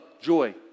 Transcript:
joy